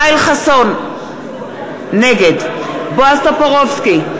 נגד בועז טופורובסקי,